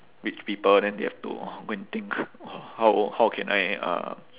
rich people then they have to go and think oh how how can I uh